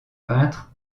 peintre